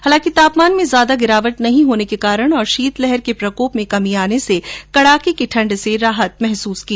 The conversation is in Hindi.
हालांकि तापमान में ज्यादा गिरावट नहीं होने और शीतलहर के प्रकोप में कमी आने से कड़ाके की ठंड से राहत महसूस की जा रही हैं